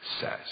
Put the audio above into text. says